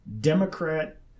Democrat